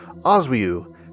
Oswiu